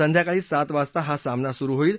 संध्याकाळी सात वाजता हा सामना सुरू होईल